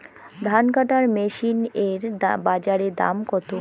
ধান কাটার মেশিন এর বাজারে দাম কতো?